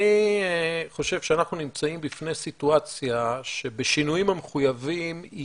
אני חושב שאנחנו נמצאים בפני סיטואציה שבשינויים המחויבים היא